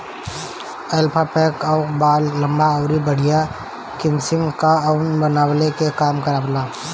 alpaca कअ बाल लंबा अउरी बढ़िया किसिम कअ ऊन बनवले के काम आवेला